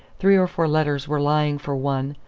three or four letters were lying for one,